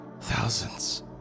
Thousands